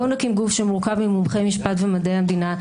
בואו נקים גוף שמורכב ממומחי משפט ומדע המדינה,